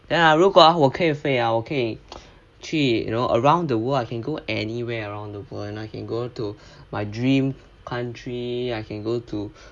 then ah 如果我可以飞 ah 我可以去 you know around the world I can go anywhere around the world and I can go to my dream country I can go to